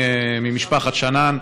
ממשפחת שנאן.